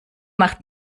macht